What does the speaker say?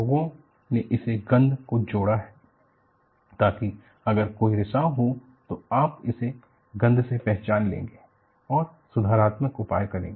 लोगों ने उस गंध को जोड़ा है ताकि अगर कोई रिसाव हो तो आप इसे गंध से पहचान लेंगे और सुधारात्मक उपाय करेंगे